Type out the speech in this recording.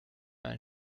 ein